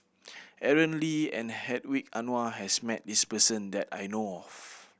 Aaron Lee and Hedwig Anuar has met this person that I know of